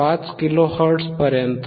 5 kilo हर्ट्झपर्यंत 1